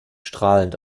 strahlend